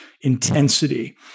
intensity